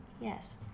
yes